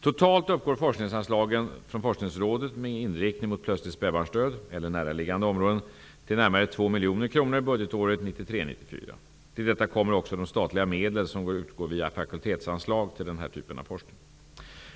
Totalt uppgår forskningsanslagen från MFR med inriktning mot plötslig spädbarnsdöd eller näraliggande områden till närmare 2 miljoner kronor budgetåret 1993/94. Till detta kommer också de statliga medel som utgår via fakultetsanslag till denna typ av forskning.